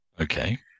okay